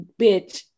bitch